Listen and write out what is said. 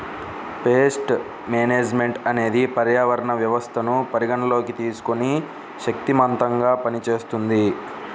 paste management అనేది పర్యావరణ వ్యవస్థను పరిగణలోకి తీసుకొని శక్తిమంతంగా పనిచేస్తుంది